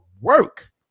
work